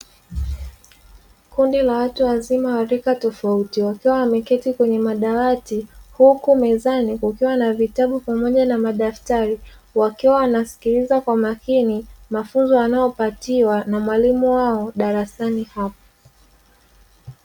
Kundi la watu wazima wa rika tofauti wakiwa wameketi kwenye madawati huku mezani kukiwa na vitabu pamoja na madaftari. Wakiwa wanasikiliza kwa makini mafunzo wanayopatiwa na mwalimu wao darasani hapo.